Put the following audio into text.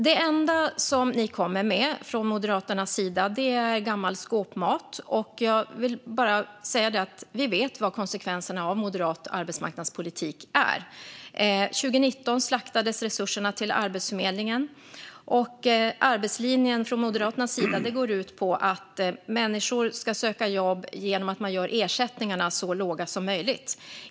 Det enda som Moderaterna kommer med är gammal skåpmat. Vi vet vad konsekvenserna blir av moderat arbetsmarknadspolitik. År 2019 slaktades resurserna till Arbetsförmedlingen. Arbetslinjen går för Moderaterna ut på att få människor att söka jobb genom att ersättningarna görs så låga som möjligt.